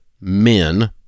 men